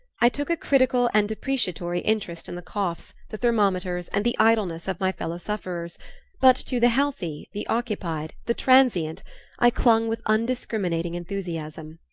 i took a critical and depreciatory interest in the coughs, the thermometers and the idleness of my fellow-sufferers but to the healthy, the occupied, the transient i clung with undiscriminating enthusiasm.